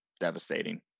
devastating